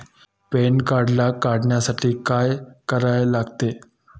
Pan card link करण्यासाठी काय करायला लागते?